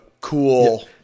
cool